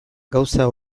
gauza